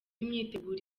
imyiteguro